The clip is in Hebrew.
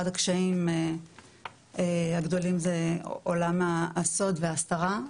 אחד הקשיים הגדולים זה עולם הסוד וההסתרה.